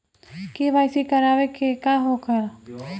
KYC करावे के होई का?